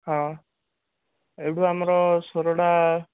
ହଁ ଏଇଠୁ ଆମର ସୋରୋଡ଼ା